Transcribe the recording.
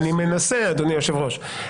אני מנסה, אדוני היושב-ראש.